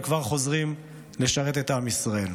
וכבר חוזרים לשרת את עם ישראל.